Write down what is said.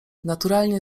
naturalnie